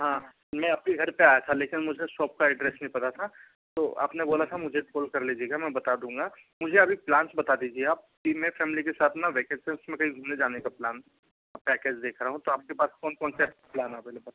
हाँ मैं आपके घर पर आया था लेकिन मुझे शोप का एड्रेस नहीं पता था तो आप ने बोला था मुझे कोल कर लीजिएगा मै बता दूँगा मुझे अभी पलान्स बता दीजिए आप कि मैं फैमिली के साथ ना वैकेसन्स में कहीं घूमने जाने का प्लान है पैकेज देख रहा हूँ तो आपके पास कौन कौन से प्लान अवेलेबल